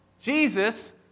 Jesus